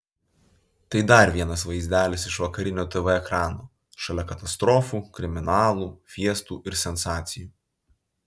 tai dar vienas vaizdelis iš vakarinio tv ekrano šalia katastrofų kriminalų fiestų ir sensacijų